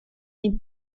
nei